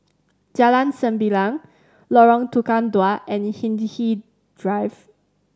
Jalan Sembilang Lorong Tukang Dua and Hindhede Drive